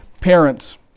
parents